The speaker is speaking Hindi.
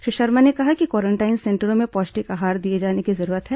श्री शर्मा ने कहा कि क्वारेंटाइन सेंटरों में पौष्टिक आहार दिए जाने की जरूरत है